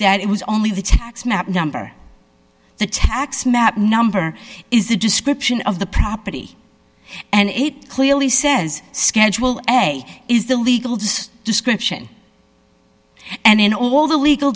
that it was only the tax map number the tax map number is a description of the property and it clearly says schedule ebay is the legal this description and in all the legal